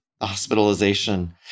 hospitalization